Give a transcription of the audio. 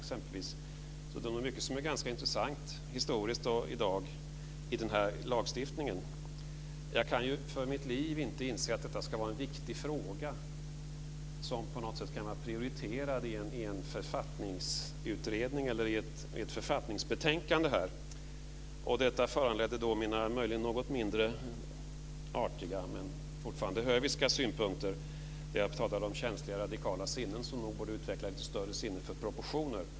Det är mycket som är intressant historiskt och i dag i lagstiftningen. Jag kan för mitt liv inte inse att detta ska vara en viktig fråga som på något sätt kan vara prioriterad i en författningsutredning eller i ett författningsbetänkande. Detta föranleder mina möjligen något mindre artiga men fortfarande höviska synpunkter när jag pratar om känsliga radikala sinnen som borde utveckla ett större sinne för proportioner.